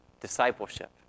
discipleship